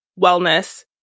wellness